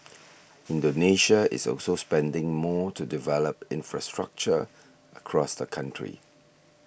Indonesia is also spending more to develop infrastructure across the country